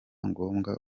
ngombwa